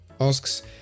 asks